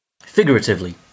figuratively